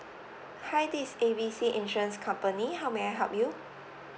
hi this is A B C insurance company how may I help you